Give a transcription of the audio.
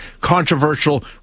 controversial